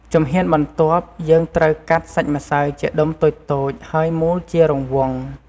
ជំហានបន្ទាប់ យើងត្រូវកាត់សាច់ម្សៅជាដុំតូចៗ ហើយមូលជារង្វង់។